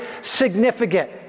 significant